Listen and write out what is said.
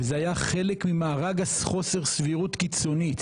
וזה היה חלק ממארג חוסר סבירות קיצונית,